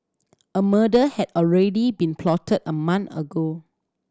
a murder had already been plotted a month ago